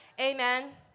Amen